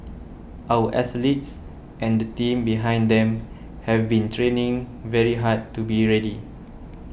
our athletes and the team behind them have been training very hard to be ready